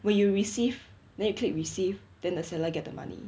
when you receive then you click receive then the seller get the money